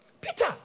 Peter